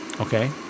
Okay